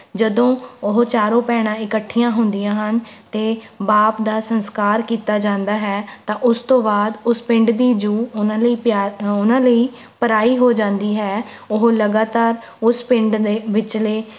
ਜਦੋਂ ਉਹ ਚਾਰੋਂ ਭੈਣਾਂ ਇਕੱਠੀਆਂ ਹੁੰਦੀਆਂ ਹਨ ਅਤੇ ਬਾਪ ਦਾ ਸੰਸਕਾਰ ਕੀਤਾ ਜਾਂਦਾ ਹੈ ਤਾਂ ਉਸ ਤੋਂ ਬਾਅਦ ਉਸ ਪਿੰਡ ਦੀ ਜੂਹ ਉਨ੍ਹਾਂ ਲਈ ਪਿਆ ਉਨ੍ਹਾਂ ਲਈ ਪਰਾਈ ਹੋ ਜਾਂਦੀ ਹੈ ਉਹ ਲਗਾਤਾਰ ਉਸ ਪਿੰਡ ਦੇ ਵਿਚਲੇ